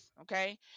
okay